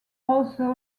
also